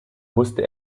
musste